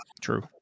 True